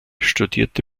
studierte